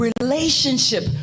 relationship